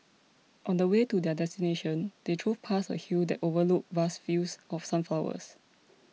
on the way to their destination they drove past a hill that overlooked vast fields of sunflowers